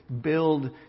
build